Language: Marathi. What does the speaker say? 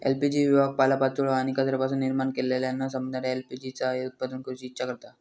एल.पी.जी विभाग पालोपाचोळो आणि कचऱ्यापासून निर्माण केलेल्या न संपणाऱ्या एल.पी.जी चा उत्पादन करूची इच्छा करता